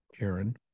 Aaron